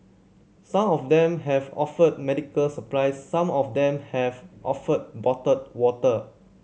some of them have offered medical supplies some of them have offered bottled water